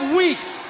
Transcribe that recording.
weeks